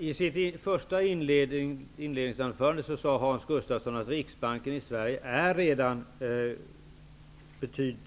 Herr talman! I sitt inledningsanförande sade Hans Gustafsson att Riksbanken i Sverige redan